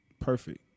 perfect